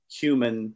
human